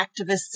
activists